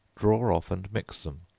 draw off and mix them,